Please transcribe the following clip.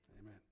Amen